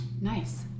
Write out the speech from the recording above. Nice